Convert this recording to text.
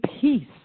peace